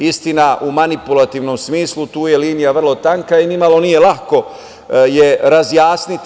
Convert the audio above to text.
Istina, u manipulativnom smislu, tu je linija vrlo tanka i nimalo nije lako je razjasniti.